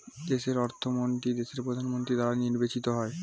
দেশের অর্থমন্ত্রী দেশের প্রধানমন্ত্রী দ্বারা নির্বাচিত হয়